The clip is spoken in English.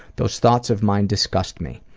those thoughts of mine disgust me.